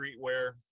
streetwear